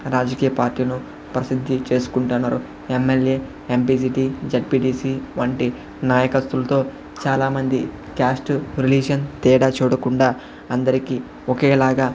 రాజకీయ పార్టీ ను ప్రసిద్ధి చేసుకుంటున్నారు ఎమ్మెల్యే ఎంపీసీటీ జడ్పీటీసీ వంటి నాయకస్తులతో చాలా మంది క్యాస్ట్ రిలీజియన్ తేడా చూడకుండా అందరికి ఒకేలాగా